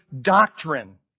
doctrine